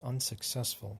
unsuccessful